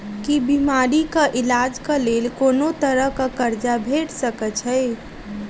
की बीमारी कऽ इलाज कऽ लेल कोनो तरह कऽ कर्जा भेट सकय छई?